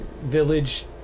village